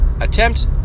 attempt